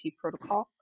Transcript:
protocol